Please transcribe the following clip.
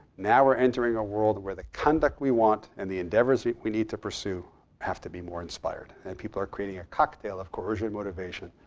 now we're entering a world where the conduct we want and the endeavors we need to pursue have to be more inspired. and people are creating a cocktail of coercion, motivation,